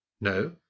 No